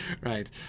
right